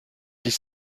dix